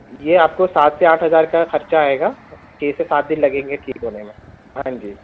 یہ آپ کو سات سے آٹھ ہزار کا خرچہ آئے گا چھ سے سات دِن لگیں گے ٹھیک ہونے میں ہاں جی